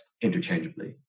interchangeably